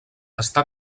està